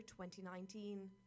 2019